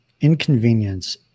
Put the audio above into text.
inconvenience